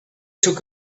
took